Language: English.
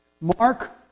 Mark